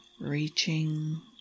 reaching